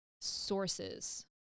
sources